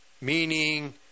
meaning